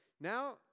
Now